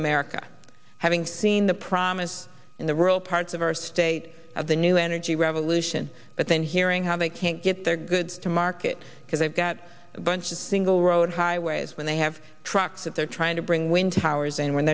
america having seen the promise in the rural parts of our state of the new energy revolution but then hearing how they can't get their goods to market because they've got a bunch of single road highways when they have trucks that they're trying to bring when towers and when